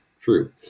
true